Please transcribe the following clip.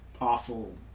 awful